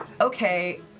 Okay